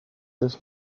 this